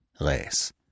race